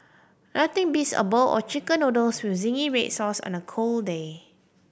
nothing beats a bowl of Chicken Noodles with zingy red sauce on a cold day